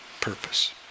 purpose